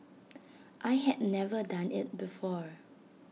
I had never done IT before